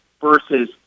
versus